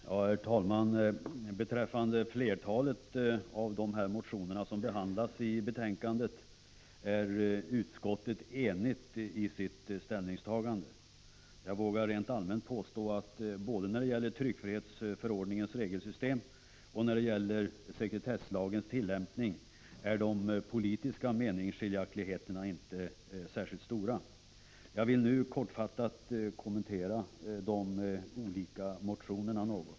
Herr talman! Beträffande flertalet av de motioner som behandlas i detta betänkande är utskottet enigt i sina ställningstaganden. Rent allmänt vågar jag påstå att både när det gäller tryckfrihetsförordningens regelsystem och när det gäller tillämpningen av sekretesslagen är de politiska meningskiljaktigheterna inte särskilt stora. Jag vill kortfattat kommentera de olika motionerna.